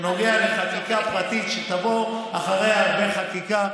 חקיקה פרטית שתבוא אחריה הרבה חקיקה.